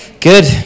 good